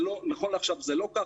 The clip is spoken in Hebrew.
נכון לעכשיו, זה לא כך.